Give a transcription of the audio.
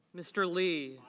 mr. lee.